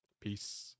Peace